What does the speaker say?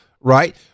right